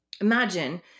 Imagine